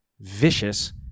vicious